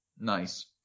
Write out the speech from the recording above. Nice